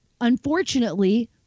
unfortunately